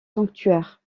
sanctuaire